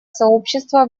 сообщество